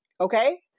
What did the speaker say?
Okay